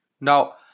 Now